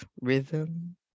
rhythm